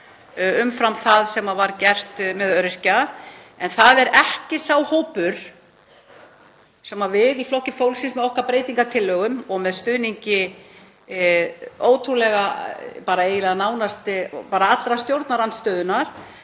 umfram það sem var gert með öryrkja. En það er ekki sá hópur sem við í Flokki fólksins með okkar breytingartillögum, og með stuðningi nánast allrar stjórnarandstöðunnar,